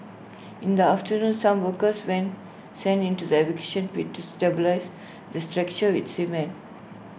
in the afternoon some workers when sent into the pit to stabilise the structure with cement